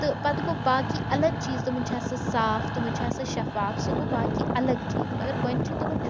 تہٕ پَتہٕ گوٚو باقٕے الگ چیٖز تمَن چھِ آسان صاف تمَن چھِ آسان شَفاف سُہ گوٚو باقٕے الگ چیٖز مگر گۄڈنٮ۪تھ چھِ تٕمَن